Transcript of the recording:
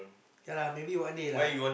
yea lah maybe one day lah